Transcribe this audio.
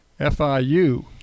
FIU